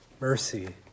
mercy